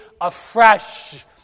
afresh